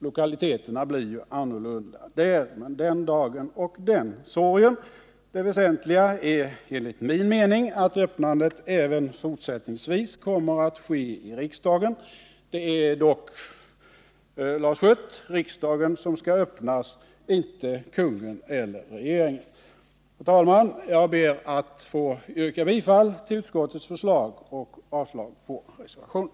Lokaliteterna blir ju annorlunda där. Men den dagen, den sorgen. Det väsentliga är enligt min mening att öppnandet även fortsättningsvis kommer att ske i riksdagen. Det är dock, Lars Schött, riksdagen som skall öppnas — det är inte kungen eller regeringen som det gäller. Herr talman! Jag ber att få yrka bifall till utskottets förslag och avslag på reservationerna.